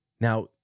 Now